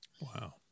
Wow